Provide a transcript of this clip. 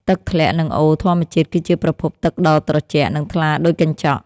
ទឹកធ្លាក់ និងអូរធម្មជាតិគឺជាប្រភពទឹកដ៏ត្រជាក់ និងថ្លាដូចកញ្ចក់។